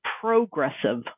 Progressive